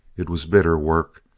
it was bitter work.